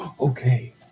Okay